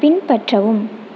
பின்பற்றவும்